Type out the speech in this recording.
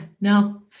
no